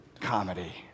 comedy